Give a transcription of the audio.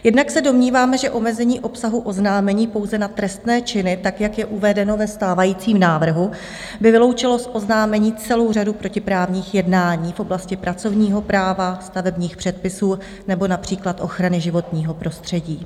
Jednak se domníváme, že omezení obsahu oznámení pouze na trestné činy, tak, jak je uvedeno ve stávajícím návrhu, by vyloučilo z oznámení celou řadu protiprávních jednání v oblasti pracovního práva, stavebních předpisů nebo například ochrany životního prostředí.